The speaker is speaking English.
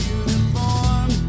uniform